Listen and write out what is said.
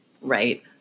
Right